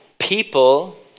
People